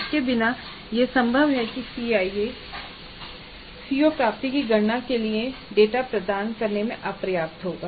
इसके बिना यह संभव है कि CIE CO प्राप्ति की गणना के लिए डेटा प्रदान करने में अपर्याप्त होगा